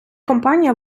компанія